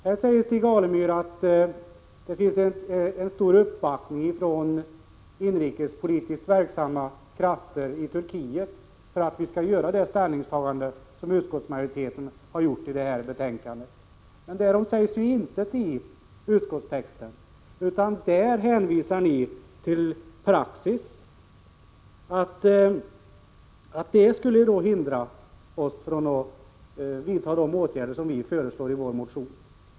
Stig Alemyr säger att det finns ett stort stöd från inrikespolitiskt verksamma krafter i Turkiet för att vi skall göra det ställningstagande som utskottsmajoriteten har gjort i betänkandet. Men därom sägs intet i utskottsbetänkandet, utan där hänvisar ni till praxis. Ni säger att den skulle hindra oss från att vidta de åtgärder vi föreslår i vår motion.